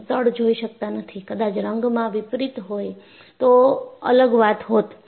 તમે તડ જોઈ શકતા નથી કદાજ રંગમાં વિપરીત હોય તો અલગ વાત હોત